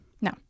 no